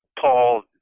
Paul